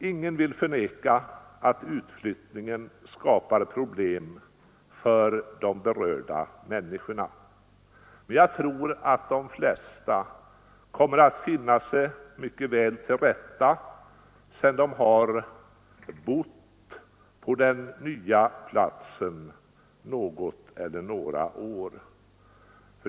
Ingen vill förneka att utflyttningen skapar problem för de berörda människorna. Jag tror att de flesta kommer att finna sig mycket väl till rätta sedan de har bott på den nya platsen något eller några år.